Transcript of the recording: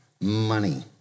money